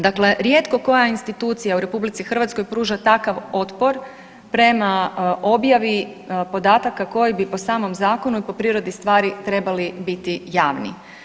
Dakle, rijetko koja institucija u RH pruža takav otpor prema objavi podataka koji bi po samom zakonu i po prirodi stvari trebali biti javni.